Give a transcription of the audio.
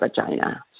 vagina